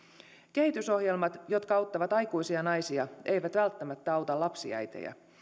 kehitysohjelmat jotka auttavat aikuisia naisia eivät välttämättä auta lapsiäitejä